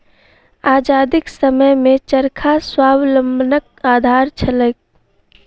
आजादीक समयमे चरखा स्वावलंबनक आधार छलैक